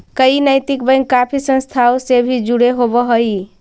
कई नैतिक बैंक काफी संस्थाओं से भी जुड़े होवअ हई